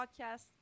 podcast